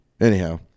Anyhow